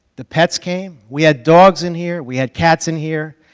the pets came, we had dogs in here, we had cats in here,